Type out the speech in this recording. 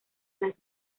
las